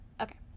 Okay